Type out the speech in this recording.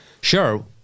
Sure